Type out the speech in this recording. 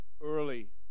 early